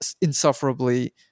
insufferably